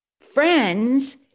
friends